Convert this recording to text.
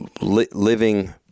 living